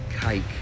Cake